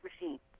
machine